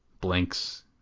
Blinks